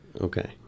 okay